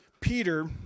Peter